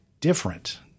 different